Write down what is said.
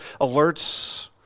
alerts